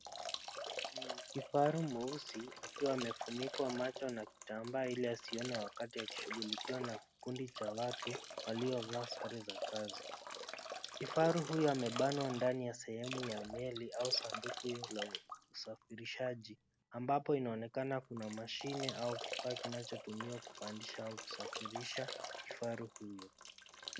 Ni kifaru meusi akiwa amefunikwa macho na kitambaa ili asione wakati akishughulikiwa na kikundi cha watu walio vaa sare za kazi. Kifaru huyu ame banwa ndani ya meli au sanduku ya usafirishaji ambapo inaonekana kuna mashine au kifaa kinacho tumika kupandisha au kusafirisha kifaru huyo. .